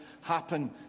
happen